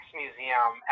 museum